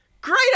Great